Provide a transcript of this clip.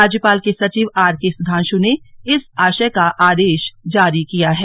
राज्यपाल के सचिव आरकेसुधांशु ने इस आशय का आदेश जारी किया है